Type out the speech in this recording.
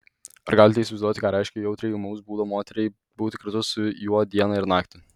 ar galite įsivaizduoti ką reiškia jautriai ūmaus būdo moteriai būti kartu su juo dieną ir naktį